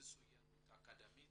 מצוינות אקדמית,